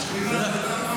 אני איתך.